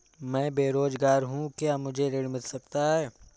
मैं बेरोजगार हूँ क्या मुझे ऋण मिल सकता है?